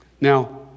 Now